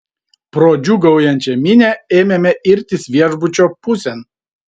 pro džiūgaujančią minią ėmėme irtis viešbučio pusėn